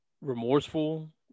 remorseful